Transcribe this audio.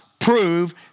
prove